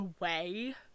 away